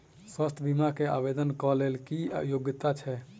स्वास्थ्य बीमा केँ आवेदन कऽ लेल की योग्यता छै?